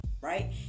right